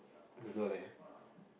don't know leh